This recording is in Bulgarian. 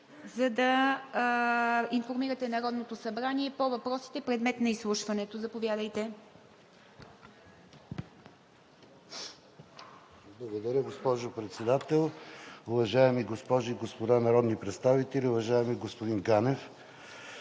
за да информирате Народното събрание по въпросите, предмет на изслушването. Заповядайте. МИНИСТЪР КИРИЛ АНАНИЕВ: Благодаря, госпожо Председател. Уважаеми госпожи и господа народни представители, уважаеми господин Ганев!